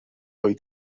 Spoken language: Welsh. wyt